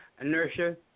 inertia